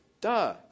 Duh